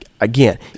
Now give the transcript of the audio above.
again